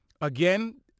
again